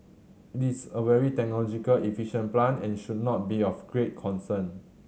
it's a very technological efficient plant and should not be of great concern